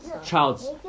child's